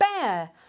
bear